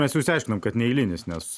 mes jau išsiaiškinom kad neeilinis nes